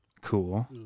Cool